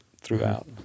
throughout